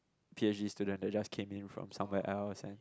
P_H_D student they just came in from somewhere else then